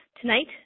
Tonight